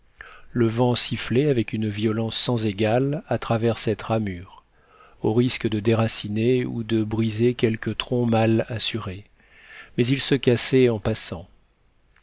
le vent sifflait avec une violence sans égale à travers cette ramure au risque de déraciner ou de briser quelque tronc mal assuré mais il se cassait en passant